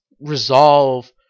resolve